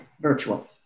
virtual